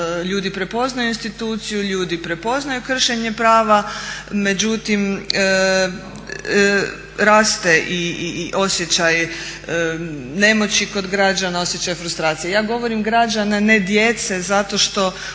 Ljudi prepoznaju instituciju, ljudi prepoznaju kršenje prava međutim raste i osjećaj nemoći kod građana, osjećaj frustracije. Ja govorim građana, a ne djece zato što